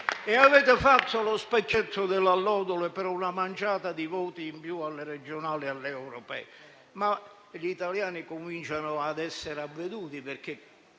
Avete fatto lo specchietto per le allodole per una manciata di voti in più alle regionali e alle europee, ma gli italiani cominciano ad essere avveduti, perché